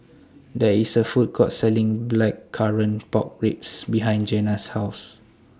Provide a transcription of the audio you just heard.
There IS A Food Court Selling Blackcurrant Pork Ribs behind Jena's House